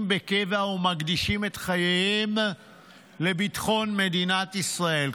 בקבע ומקדישים את חייהם לביטחון מדינת ישראל.